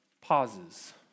pauses